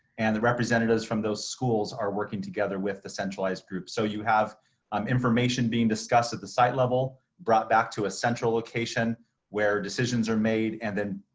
and the representatives from those schools are working together with the centralized group. so you have um information being discussed at the site level, brought back to a central location where decisions are made and then